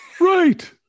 Right